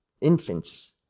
infants